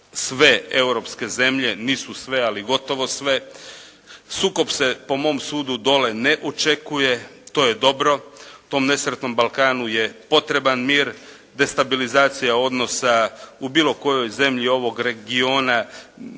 sve europske zemlje, nisu sve, ali gotovo sve. Sukob se po mom sudu dolje ne očekuje, to je dobro. Tom nesretnom Balkanu je potreban mir, destabilizacija odnosa u bilo kojoj zemlji ovog regiona